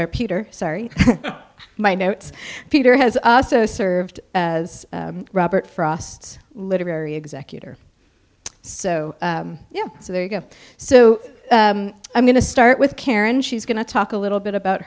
peter sorry my notes peter has also served as robert frost's literary executor so yeah so there you go so i'm going to start with karen she's going to talk a little bit about